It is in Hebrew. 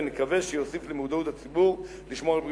ונקווה שיוסיף למודעות הציבור לשמור על הבריאות.